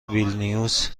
ویلنیوس